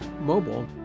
mobile